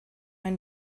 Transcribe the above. ein